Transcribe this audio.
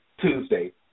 Tuesday